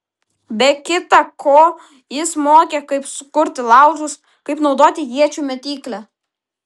be kita ko jis mokė kaip sukurti laužus kaip naudoti iečių mėtyklę